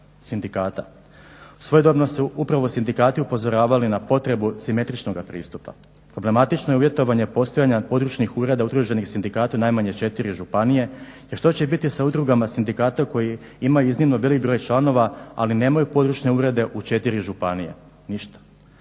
sindikata. Svojedobno su upravo sindikati upozoravali na potrebu simetričnoga pristupa. Problematično je uvjetovanje postojanja područnih ureda udruženih sindikata najmanje 4 županije jer što će biti sa udrugama sindikata koji imaju iznimno veliki broj članova, ali nemaju područne urede u 4 županije? Ništa.